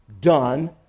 done